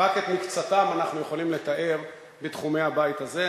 שרק את מקצתן אנחנו יכולים לתאר בתחומי הבית הזה,